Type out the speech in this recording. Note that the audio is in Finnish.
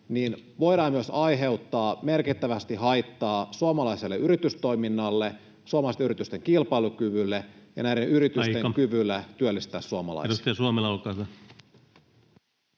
voidaan myös aiheuttaa merkittävästi haittaa suomalaiselle yritystoiminnalle, suomalaisten yritysten kilpailukyvylle ja näiden yritysten [Puhemies: Aika!] kyvylle työllistää suomalaisia?